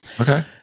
Okay